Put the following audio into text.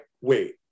Wait